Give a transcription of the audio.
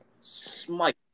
smite